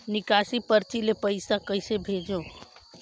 निकासी परची ले पईसा कइसे भेजों?